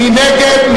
מי נגד?